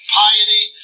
piety